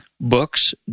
Books